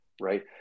right